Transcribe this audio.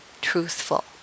truthful